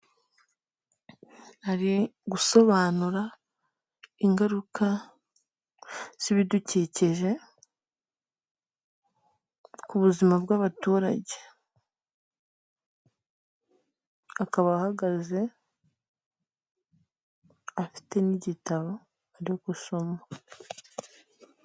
Ari gusobanura ingaruka z'ibidukikije ku buzima bw'abaturage akaba ahagazea afite n'igitabo ari gusoma.